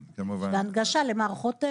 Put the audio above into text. והנגשה למערכות,